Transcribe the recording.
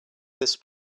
this